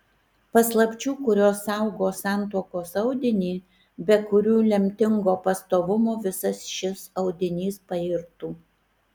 paslapčių kurios saugo santuokos audinį be kurių lemtingo pastovumo visas šis audinys pairtų